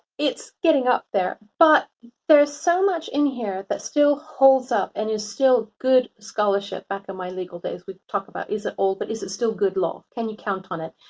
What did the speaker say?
it's getting up there, but there's so much in here that still holds up and is still good scholarship back in my legal days. we talk about, is it old, but is it still good law? can you count on it?